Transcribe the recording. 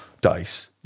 dice